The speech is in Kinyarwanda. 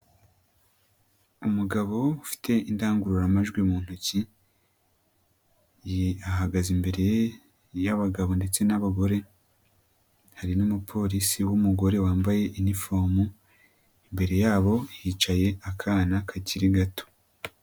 Umugabo ufite indangururamajwi mu ntoki, ahagaze imbere y'abagabo ndetse n'abagore, hari n'umupolisi w'umugore wambaye inifomu, imbere yabo hicaye akana kakiri gato.